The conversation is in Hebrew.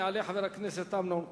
יעלה חבר הכנסת אמנון כהן.